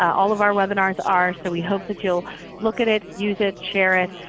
all of our webinars are, so we hope that you'll look at it, use it, share it.